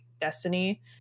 destiny